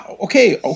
okay